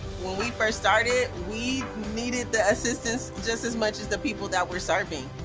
when we first started, we needed the assistance just as much as the people that were starving.